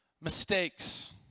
mistakes